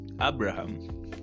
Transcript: Abraham